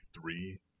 three